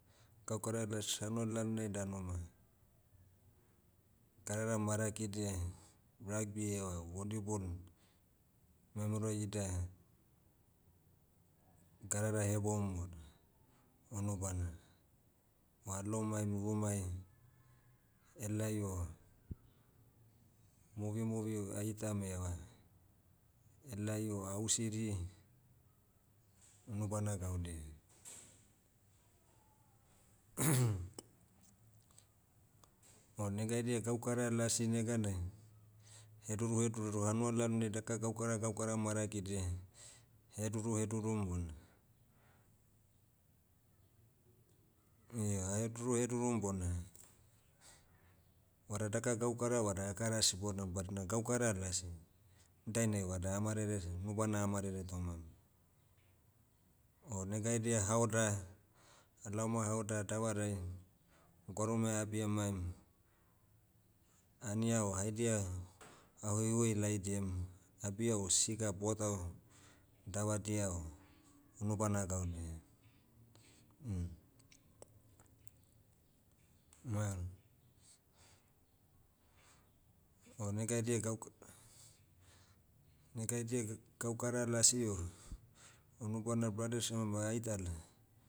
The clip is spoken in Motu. Gaukara las hanua lalonai danu ma, gadara marakidia, rugby eva volleybal, memero ida, gadara hebom bona, unubana. Ma alou maim rumai, helai o, muvi muvi aitam eva, helai o au siri, unubana gaudia. o negaidia gaukara lasi neganai, heduru heduru doh hanua lalonai daka gaukara gaukara marakidia, heduru hedurum bona, io aheduru hedurum bona, vada daka gaukara vada akara sibonam badina gaukara lasi. Dainai vada amarerese- unubana amarere tomam. O negaidia haoda, alaom ah haoda davarai, gwarume abi amaim, ania o haidia, ah hoihoi laidiam, abia o siga buatau, davadia o, unubana gaudia. M- ma, o negaidia gauk- negaidia gaukara lasi o, unubana brothers ema aitala